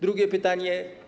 Drugie pytanie.